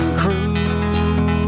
crew